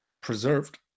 preserved